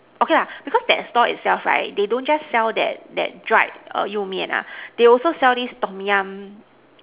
okay lah because that stall itself right they don't just sell that that dried err you-mian lah they also sell this Tom-Yum